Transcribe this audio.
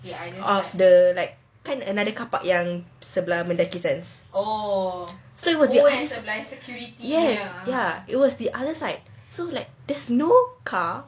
of the another car park yang sebelah Mendaki sense it was the other it was the other side so like there's no car